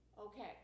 Okay